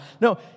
No